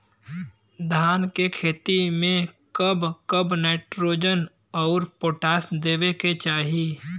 धान के खेती मे कब कब नाइट्रोजन अउर पोटाश देवे के चाही?